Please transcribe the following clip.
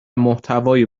محتوای